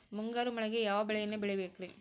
ಮುಂಗಾರು ಮಳೆಗೆ ಯಾವ ಬೆಳೆಯನ್ನು ಬೆಳಿಬೇಕ್ರಿ?